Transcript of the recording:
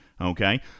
okay